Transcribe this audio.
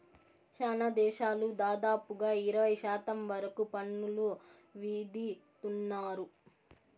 శ్యానా దేశాలు దాదాపుగా ఇరవై శాతం వరకు పన్నులు విధిత్తున్నారు